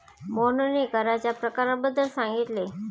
मोहनने कराच्या प्रकारांबद्दल सांगितले